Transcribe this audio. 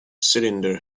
cylinder